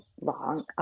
long